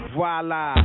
Voila